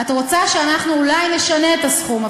את רוצה שאולי נשנה את הסכום.